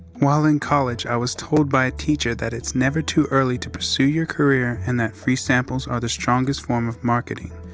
while in college, i was told by a teacher that it's never too early to pursue your career and that free samples are the strongest form of marketing.